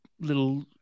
little